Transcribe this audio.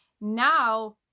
Now